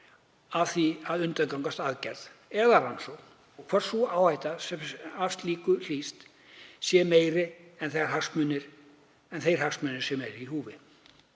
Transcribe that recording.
af því að undirgangast aðgerð eða rannsókn og hvort sú áhætta sem af slíku hlýst sé meiri en þeir hagsmunir sem eru í húfi.